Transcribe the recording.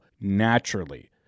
naturally